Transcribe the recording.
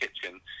Kitchen